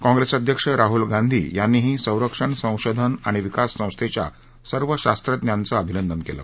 काँप्रेस अध्यक्ष राह्ल गांधी यांनीही सरंक्षण संशोधन आणि विकास संस्थेच्या सर्व शास्त्रज्ञांचं अभिनंदन केलं